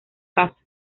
casa